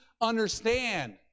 understand